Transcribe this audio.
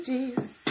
Jesus